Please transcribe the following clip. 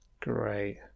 Great